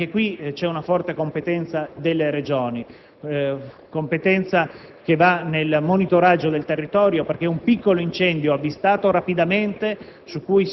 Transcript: anche qui c'è una forte competenza delle Regioni; competenza che va esplicata nel monitoraggio del territorio, perché un piccolo incendio avvistato rapidamente